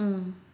mm